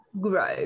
grow